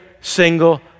single